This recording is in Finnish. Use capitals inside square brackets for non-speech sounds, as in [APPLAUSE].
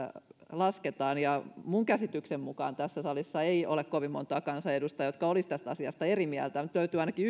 lasketaan ja minun käsitykseni mukaan tässä salissa ei ole kovin montaa kansanedustajaa jotka olisivat tästä asiasta eri mieltä mutta yksi ainakin [UNINTELLIGIBLE]